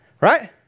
right